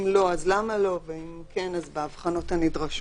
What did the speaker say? אם לא אז למה לא, ואם כן, בהבחנות הנדרשות.